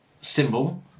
symbol